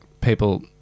people